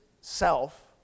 self